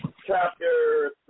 chapter